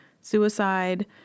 suicide